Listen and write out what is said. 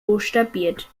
buchstabiert